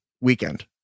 weekend